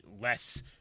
less